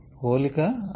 పోలిక అవసరము